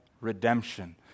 redemption